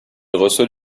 reçoit